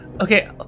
Okay